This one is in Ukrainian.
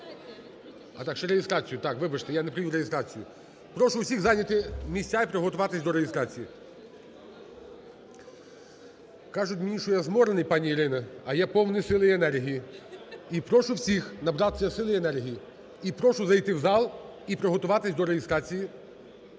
А, так, ще реєстрація. Вибачте, я не провів реєстрацію. Прошу всіх зайняти місця і приготуватись до реєстрації. Кажуть мені, що я зморений, пані Ірина, а я повний сили і енергії. І прошу всіх набратися сили і енергії. І прошу зайти в зал і приготуватись до реєстрації.